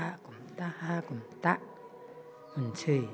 दागुमहा दागुमदा होननोसै